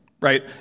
right